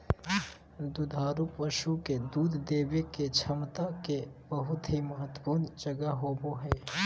दुधारू पशु के दूध देय के क्षमता के बहुत ही महत्वपूर्ण जगह होबय हइ